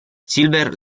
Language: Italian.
silver